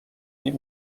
nie